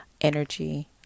energy